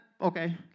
Okay